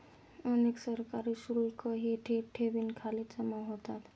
अनेक सरकारी शुल्कही थेट ठेवींखाली जमा होतात